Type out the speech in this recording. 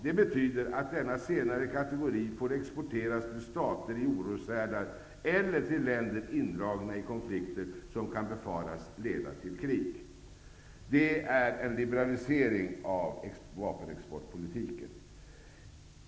Det betyder att denna senare kategori får exporteras till stater i oroshärdar eller till länder indragna i konflikter som kan befaras leda till krig. Detta är en liberalisering av vapenexportpolitiken.